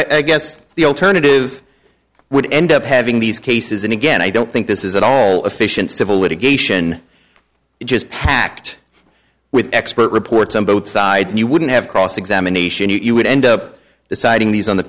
guess the alternative would end up having these cases and again i don't think this is at all efficient civil litigation just packed with expert reports on both sides you wouldn't have cross examination you would end up deciding these on the